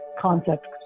concept